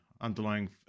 underlying